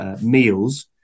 meals